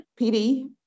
PD